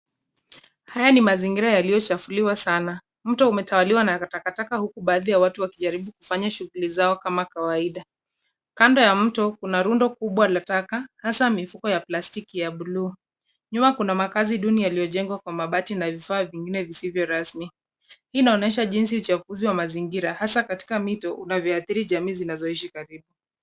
Haya ni mazingira yaliyochafuliwa sana. Mto umetawaliwa na takataka huku baadhi ya watu wakijaribu kufanya shuguli zao kama kawaida. Kando ya mto kuna rundo kubwa la taka hasaa mifuko ya plastiki ya buluu. Nyuma kuna makaazi duni yaliyojengwa kwa mabati na vifaa vingine visivyo rasmi. Hii inaonyesha jinsi uchafuzi wa mazingira hasaa katika mito unavyoathiri jamii zinazoishi karibu.